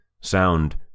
sound